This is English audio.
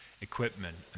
equipment